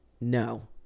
no